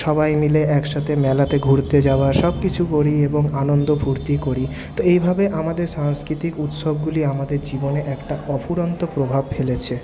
সবাই মিলে একসাথে মেলাতে ঘুরতে যাওয়া সবকিছু করি এবং আনন্দ ফুর্তি করি তো এইভাবে আমাদের সাংস্কৃতিক উৎসবগুলি আমাদের জীবনে একটা অফুরন্ত প্রভাব ফেলেছে